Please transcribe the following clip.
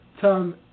Tom